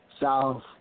south